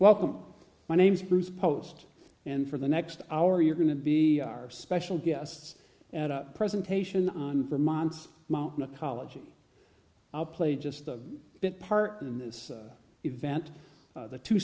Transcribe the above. welcome my name's bruce post and for the next hour you're going to be our special guests at a presentation on vermont's mountain apology i'll play just a bit part in this event the two